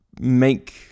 make